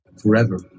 forever